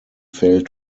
failed